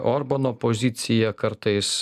orbano poziciją kartais